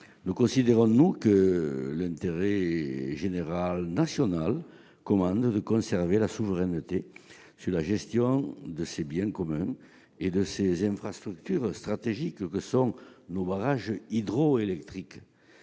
nous considérons que l'intérêt général national commande de conserver la souveraineté sur la gestion de ces biens communs et de ces infrastructures stratégiques que sont nos barrages hydroélectriques.